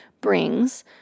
brings